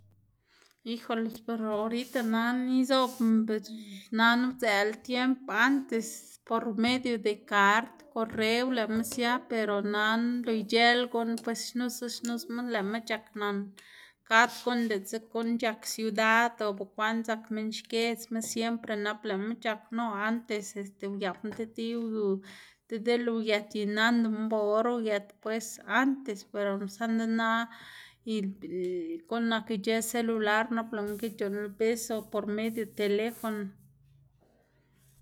Hijoles per orita nana izobna per nana udzëꞌla tiemb, antes por medio de kard, koreo lëꞌma sia per nana lo ic̲h̲ëlá guꞌn pues xnusa, xnusa lëꞌma c̲h̲ak nan kad guꞌn diꞌtse guꞌn c̲h̲ak ciudad o bukwaꞌn sdzak minn xkiedzma siempre nap lëꞌma c̲h̲ak, no antes este uyapna ti tiy uyu ti diꞌl uyët y nandama ba or uyët pues antes pero saꞌnde na y guꞌn ic̲h̲ë celular nap lëꞌ guꞌn ki c̲h̲uꞌnnla bis o por medio teléfono.